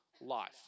life